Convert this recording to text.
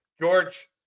George